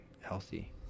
healthy